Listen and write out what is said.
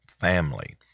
family